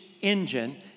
Engine